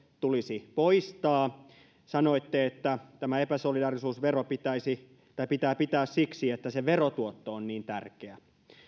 tulisi poistaa sanoitte että tämä epäsolidaarisuusvero pitää pitää siksi että sen verotuotto on niin tärkeä